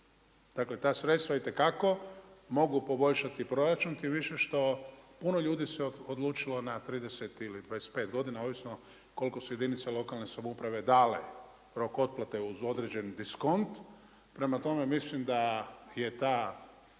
Dakle, ta sredstva itekako mogu poboljšati proračun tim više što puno ljudi se odlučilo na 30 ili 25 godina ovisno koliko su jedinice lokalne samouprave dale rok otplate uz određen diskont. Prema tome, mislim da je taj